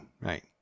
Right